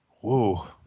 Whoa